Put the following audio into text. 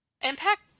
Impact